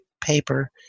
paper